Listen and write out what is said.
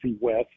West